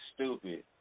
stupid